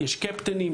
יש קפטנים,